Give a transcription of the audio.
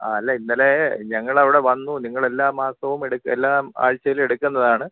ആ അല്ല ഇന്നലേ ഞങ്ങളവിടെ വന്നൂ നിങ്ങളെല്ലാ മാസവും എല്ലാം ആഴ്ച്ചയിലും എടുക്കുന്നതാണ്